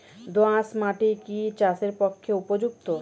দোআঁশ মাটি কি চাষের পক্ষে উপযুক্ত?